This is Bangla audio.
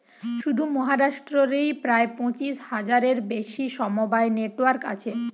শুধু মহারাষ্ট্র রেই প্রায় পঁচিশ হাজারের বেশি সমবায় নেটওয়ার্ক আছে